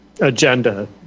agenda